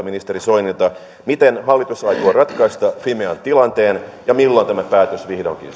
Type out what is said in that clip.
ministeri soinilta miten hallitus aikoo ratkaista fimean tilanteen ja milloin tämä päätös vihdoinkin